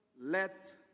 Let